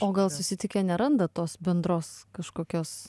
o gal susitikę neranda tos bendros kažkokios